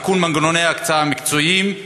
תיקון מנגנוני הקצאה מקצועיים,